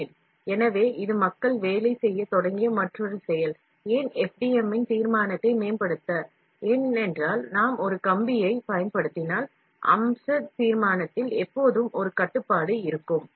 எம்மின் தீர்மானத்தை மேம்படுத்துவதற்காக மக்கள் வேலை செய்யத் தொடங்கிய மற்றொரு செயல்முறையாகும் ஏனென்றால் நாம் ஒரு கம்பியைப் பயன்படுத்தினால் அம்சத் தீர்மானத்தில் எப்போதும் ஒரு கட்டுப்பாடு இருக்கும்